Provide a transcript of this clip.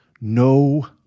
no